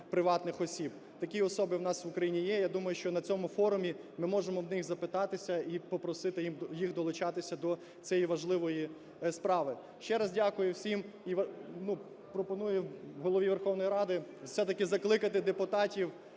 приватних осіб. Такі особи в нас в Україні є. Я думаю, що на цьому форумі ми можемо в них запитати і попросити їх долучатися до цієї важливої справи. Ще раз дякую всім. І пропонуємо Голові Верховної Ради все-таки закликати депутатів